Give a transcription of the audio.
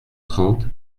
trente